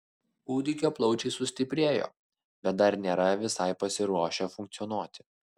kūdikio plaučiai sustiprėjo bet dar nėra visai pasiruošę funkcionuoti